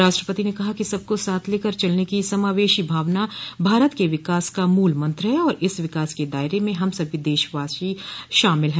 राष्ट्रपति ने कहा कि सबको साथ लेकर चलने की समावेशी भावना भारत के विकास का मूल मंत्र है और इस विकास के दायरे में हम सभी देशवासी शामिल है